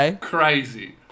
crazy